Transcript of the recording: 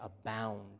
abound